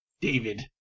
David